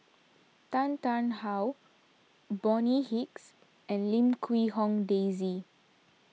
Tan Tarn How Bonny Hicks and Lim Quee Hong Daisy